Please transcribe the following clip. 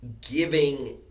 giving